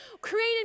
created